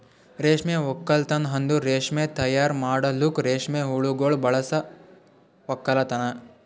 ರೇಷ್ಮೆ ಒಕ್ಕಲ್ತನ್ ಅಂದುರ್ ರೇಷ್ಮೆ ತೈಯಾರ್ ಮಾಡಲುಕ್ ರೇಷ್ಮೆ ಹುಳಗೊಳ್ ಬಳಸ ಒಕ್ಕಲತನ